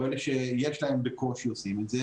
או אלה שיש להם בקושי עושים את זה.